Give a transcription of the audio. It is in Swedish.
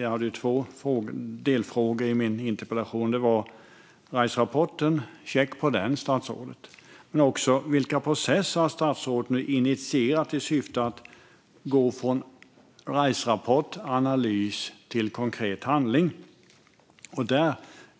Jag hade två ju delfrågor i min interpellation. Det var Riserapporten - check på den, statsrådet. Men det var också vilka processer statsrådet har initierat i syfte att gå från Riserapport och analys till konkret handling. Där